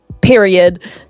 Period